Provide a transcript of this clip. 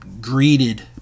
greeted